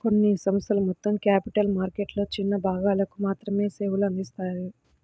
కొన్ని సంస్థలు మొత్తం క్యాపిటల్ మార్కెట్లలో చిన్న భాగాలకు మాత్రమే సేవలు అందిత్తాయి